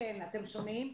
אתם שומעים?